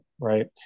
right